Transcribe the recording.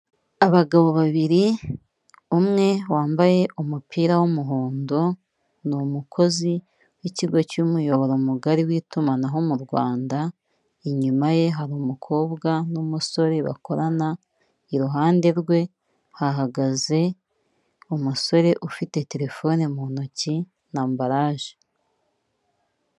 Abagabo babiri umwe wambaye umupira w'umuhondo ni umukozi w'ikigo cy'umuyoboro mugari w'itumanaho mu Rwanda inyuma ye hari umukobwa n'umusore bakorana iruhande rwe hahagaze umusore ufite telefone mu ntoki na ambarage.